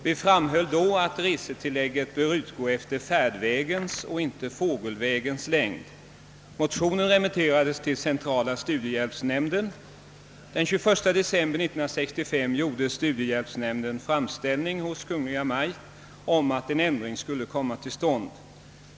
Vi framhöll då att resetillägget bör utgå efter färdvägens och inte efter fågelvägens längd. Motionen remitterades till centrala studiehjälpsnämnden. Den 21 december 1965 gjorde studiehjälpsnämnden framställning hos Kungl. Maj:t om att en ändring skulle komma till stånd.